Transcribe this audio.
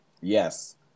Yes